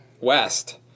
west